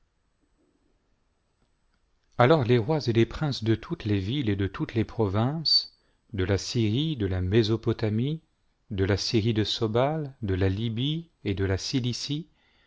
alors les rois et les princes de toutes les villes et de toutes les provinces de la syrie de la mésopotamie de la syrie de sobal de la libye et de la cilicie